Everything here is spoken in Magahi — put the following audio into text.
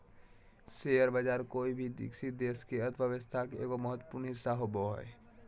शेयर बाज़ार कोय भी विकसित देश के अर्थ्व्यवस्था के एगो महत्वपूर्ण हिस्सा होबो हइ